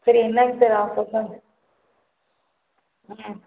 sir என்னங்க sir offers ம்